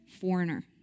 foreigner